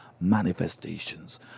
manifestations